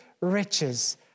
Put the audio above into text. riches